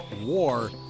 war